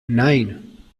nine